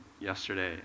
yesterday